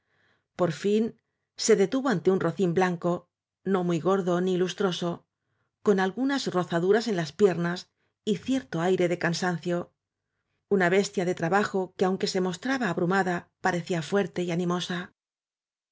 por fin se detuvo ante un rocín blanco no muy gordo ni lustroso con algunas rozaduras en las piernas y cierto aire de cansancio una bestia de trabajo que aunque se mostraba abrumada parecía fuerte y animosa